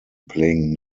playing